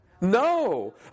No